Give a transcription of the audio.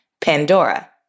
Pandora